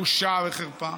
בושה וחרפה,